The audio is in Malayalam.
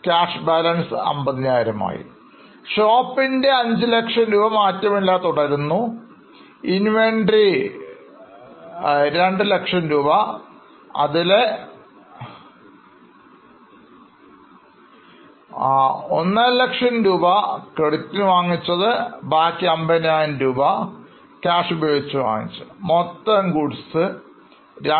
Cash 50000 ആയി കുറഞ്ഞു Shop ൻറെ 500000 മാറ്റമില്ലാതെ തുടരുന്നു Inventory 200000രൂപ അതിലെ 150000രൂപ credit ന് വാങ്ങുന്നു ബാക്കി 50000 cash ഉപയോഗിക്കുന്നു മൊത്തം goods 200000